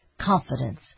confidence